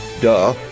duh